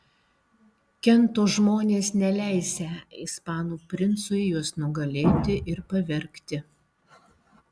kento žmonės neleisią ispanų princui juos nugalėti ir pavergti